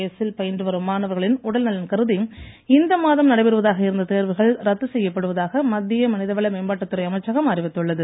எஸ்சில் பயின்று வரும் மாணவர்களின் உடல் நலன் கருதி இந்த மாதம் நடைபெறுவதாக இருந்த தேர்வுகள் ரத்து செய்யப்படுவதாக மத்திய மனித வள மேம்பாட்டுத்துறை அமைச்சகம் அறிவித்துள்ளது